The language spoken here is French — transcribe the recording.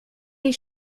les